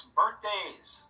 birthdays